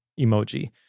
emoji